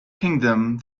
kingdom